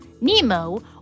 Nemo